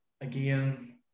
Again